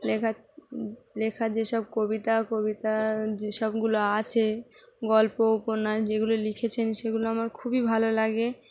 লেখার লেখার যেসব কবিতা কবিতা যেসবগুলো আছে গল্প উপন্যাস যেগুলো লিখেছেন সেগুলো আমার খুবই ভালো লাগে